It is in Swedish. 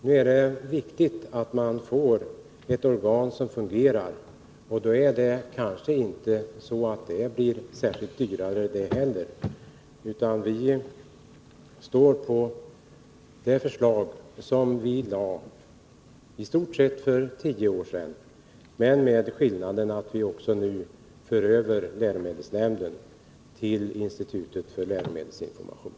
Nu är det viktigt att vi får ett organ som fungerar, och det blir kanske inte mycket dyrare. Det är samma förslag som för ungefär tio år sedan, men med den skillnaden att också läromedelsnämnden förs över till institutet för läromedelsinformation.